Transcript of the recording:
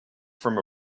from